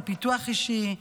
על פיתוח אישי,